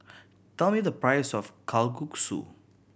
tell me the price of Kalguksu